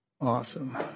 Awesome